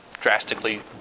drastically